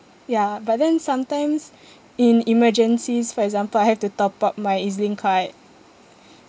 ya but then sometimes in emergencies for example I have to top up my E_Z link card